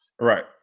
right